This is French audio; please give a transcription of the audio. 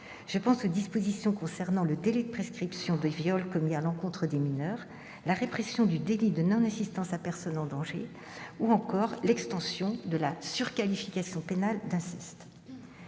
je songe aux dispositions concernant le délai de prescription des viols commis à l'encontre des mineurs, la répression du délit de non-assistance à personne en danger, ou encore l'extension de la surqualification pénale d'inceste.